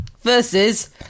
Versus